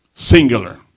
Singular